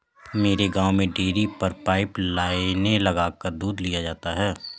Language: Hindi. मेरे गांव में डेरी पर पाइप लाइने लगाकर दूध लिया जाता है